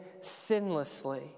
sinlessly